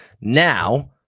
Now